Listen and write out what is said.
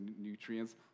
nutrients